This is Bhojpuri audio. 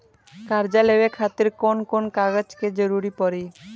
कर्जा लेवे खातिर कौन कौन कागज के जरूरी पड़ी?